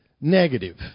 negative